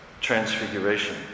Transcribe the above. transfiguration